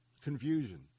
confusion